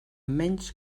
menys